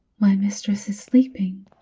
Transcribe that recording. my mistress is sleeping.